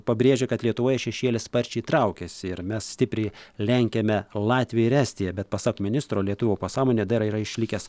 pabrėžė kad lietuvoje šešėlis sparčiai traukiasi ir mes stipriai lenkiame latviją ir estiją bet pasak ministro lietuvių pasąmonėje dar yra išlikęs